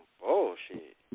bullshit